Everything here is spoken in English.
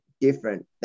different